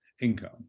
income